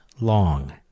long